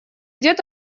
дед